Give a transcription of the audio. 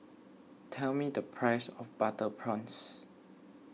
tell me the price of Butter Prawns